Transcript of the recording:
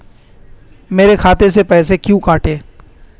मेरे खाते से पैसे क्यों कटे?